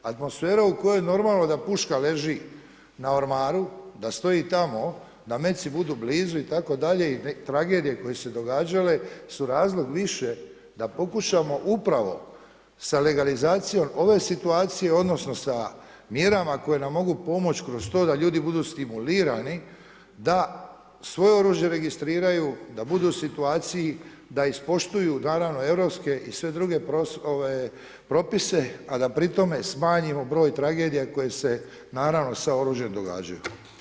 Atmosfera u kojoj normalno da puška leži na ormaru, da stoji tamo da metci budu blizu itd. i tragedije koje su se događale su razlog više da pokušamo upravo sa legalizacijom ove situacije, odnosno sa mjerama koje nam mogu pomoć kroz to da ljudi budu stimulirani da svoje oružje registriraju, da budu u situaciji da ispoštuju naravno europske i sve druge propise, a da pri tome smanjimo broj tragedija koje se naravno sa oružjem događaju.